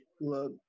look